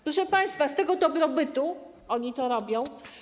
Proszę państwa, z tego dobrobytu oni to robią?